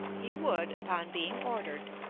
he would, upon being ordered,